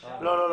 לא.